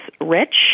rich